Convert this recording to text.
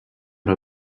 m’a